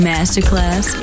Masterclass